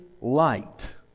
light